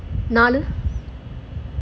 நாலு:naalu